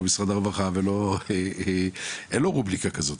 אבל במשרד הזה אין לו את הרובריקה הזאת,